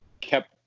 kept